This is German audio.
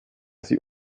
sie